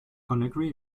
conakry